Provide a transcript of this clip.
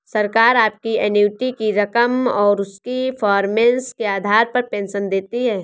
सरकार आपकी एन्युटी की रकम और उसकी परफॉर्मेंस के आधार पर पेंशन देती है